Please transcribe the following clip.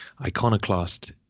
iconoclast